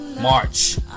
March